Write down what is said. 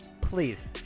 please